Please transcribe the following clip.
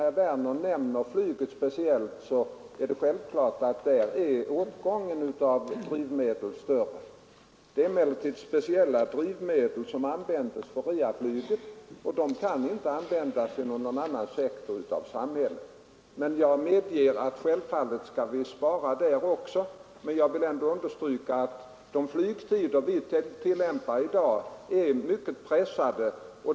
Herr Werner nämnde speciellt flyget. Det är självklart att åtgången av drivmedel där är större. Det är emellertid speciella drivmedel som används för jetflyget, och de kan inte användas inom någon annan sektor av samhället. Men jag medger att vi självfallet skall spara där också. Jag vill emellertid ändå understryka att de flygtider vi i dag tillämpar är mycket pressade.